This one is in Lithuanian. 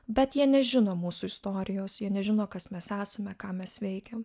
bet jie nežino mūsų istorijos jie nežino kas mes esame ką mes veikiam